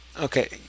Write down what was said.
Okay